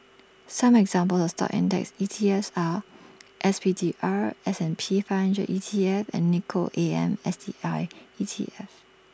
some examples of stock index ETFs are S P D R S and P five hundred E T F and Nikko A M S T I E T F